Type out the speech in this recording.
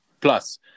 plus